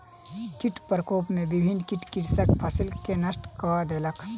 कीट प्रकोप में विभिन्न कीट कृषकक फसिल के नष्ट कय देलक